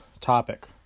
topic